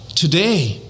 today